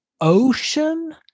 ocean